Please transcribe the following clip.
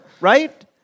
right